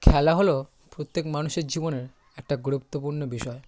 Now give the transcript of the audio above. খেলা হলো প্রত্যেক মানুষের জীবনের একটা গুরুত্বপূর্ণ বিষয়